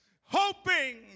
hoping